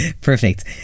perfect